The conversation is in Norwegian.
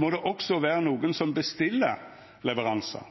må det også vera nokon som bestiller leveransar.